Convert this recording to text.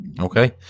okay